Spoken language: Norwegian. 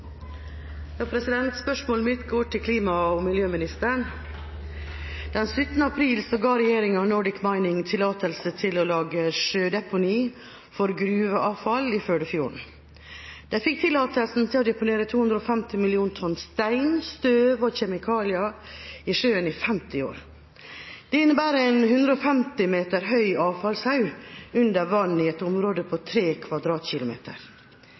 miljøministeren. Den 17. april ga regjeringa Nordic Mining tillatelse til å lage sjødeponi for gruveavfall i Førdefjorden. De fikk tillatelse til å deponere 250 millioner tonn stein, støv og kjemikalier i sjøen i 50 år. Det innebærer en 150 meter høy avfallshaug under vann i et område på